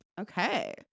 Okay